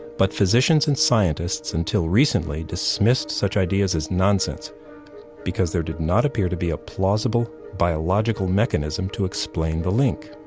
but physicians and scientists, until recently, dismissed such ideas as nonsense because there did not appear to be a plausible biological mechanism to explain the link,